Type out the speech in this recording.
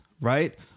right